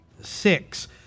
six